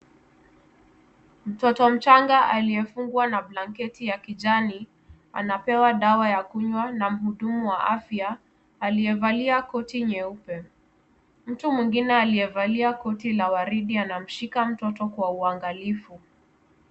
Mtoto mchanga aliyefungwa na blanketi ya kijani anapewa dàwa ya kunywa na muhudumu wa afya aliyevalia koti nyeupe mtu mwengine aliyevalia koti la waridi amemshika mtoto kwa uangalifu.